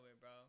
bro